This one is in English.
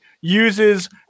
uses